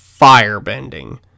firebending